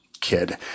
kid